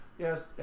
Yes